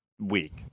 Week